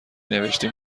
نوشتین